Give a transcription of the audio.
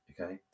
Okay